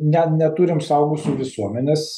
ne neturim suaugusių visuomenės